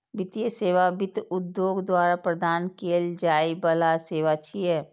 वित्तीय सेवा वित्त उद्योग द्वारा प्रदान कैल जाइ बला सेवा छियै